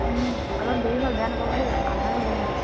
অলপ দেৰি হ'ল বেয়া নাপাব দেই আন্ধাৰ হ'ল মানে